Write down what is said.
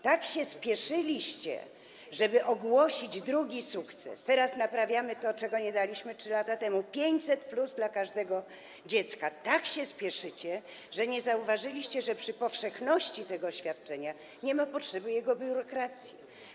Tak się spieszycie, żeby ogłosić drugi sukces - teraz naprawiamy to, dajemy, czego nie daliśmy 3 lata temu, 500+ dla każdego dziecka - tak się spieszycie, że nie zauważyliście, iż przy powszechności tego świadczenia nie ma potrzeby jego zbiurokratyzowania.